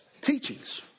teachings